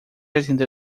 atender